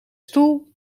stoel